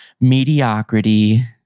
mediocrity